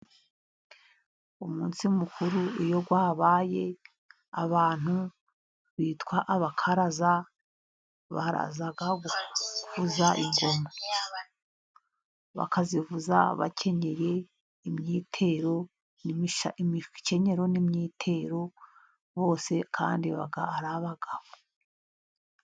Umunsi mukuru iyo wabaye abantu bitwa abakaraza baraza kuvuza ingoma. Bakazivuza bakenyeye imyitero, imikenyero n'imyitero bose kandi baba ari abagabo.